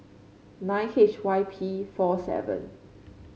nine H Y P four seven